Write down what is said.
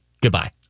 goodbye